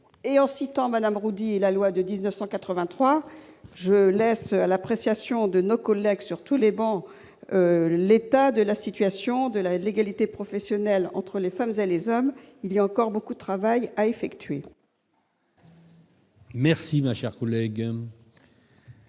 et en citant Madame Roudy et la loi de 1983 je laisse à l'appréciation de nos collègues, surtout les bons l'état de la situation de la l'égalité professionnelle entre les femmes et les hommes, il y a encore beaucoup de travail à effectuer. Merci, ma chère collègue.